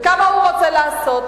וכמה הוא רוצה לעשות,